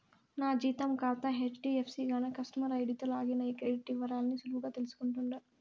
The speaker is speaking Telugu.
నా జీతం కాతా హెజ్డీఎఫ్సీ గాన కస్టమర్ ఐడీతో లాగిన్ అయ్యి క్రెడిట్ ఇవరాల్ని సులువుగా తెల్సుకుంటుండా